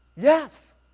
yes